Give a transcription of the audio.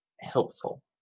helpful